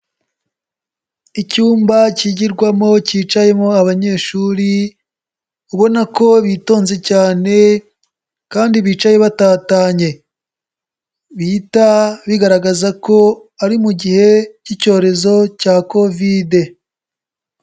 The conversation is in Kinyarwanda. Icyumba cyigirwamo cyicayemo abanyeshuri, ubona ko bitonze cyane kandi bicaye batatanye, bihita bigaragaza ko ari mu gihe cy'icyorezo cya Covid.